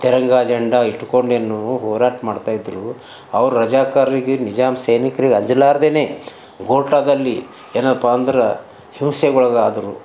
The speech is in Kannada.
ತಿರಂಗಾ ಝಂಡಾ ಇಟ್ಕೊಂಡು ಎನ್ನುವು ಹೋರಾಟ ಮಾಡ್ತಾಯಿದ್ರು ಅವ್ರು ರಾಜಕಾರರಿಗೆ ನಿಜಾಮ್ ಸೈನಿಕ್ರಿಗೆ ಅಜಲಾರ್ದೆನೆ ಘೋರ್ಟಾದಲ್ಲಿ ಏನಪ್ಪ ಅಂದ್ರೆ ಹಿಂಸೆಗೊಳಗಾದರು